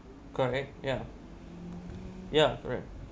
correct ya ya right